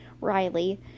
Riley